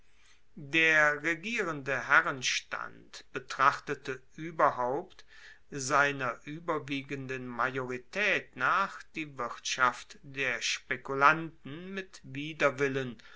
der regierende herrenstand betrachtete ueberhaupt seiner ueberwiegenden majoritaet nach die wirtschaft der spekulanten mit widerwillen